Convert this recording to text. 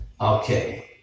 Okay